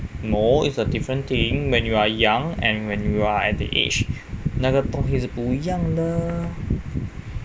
no it's a different thing when you are young and when you are at the age 那个东西是不一样的